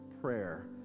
prayer